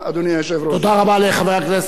חבר הכנסת אקוניס, אחרון הדוברים.